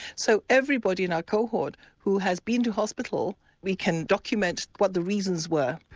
so everybody in our cohort who has been to hospital we can document what the reasons were.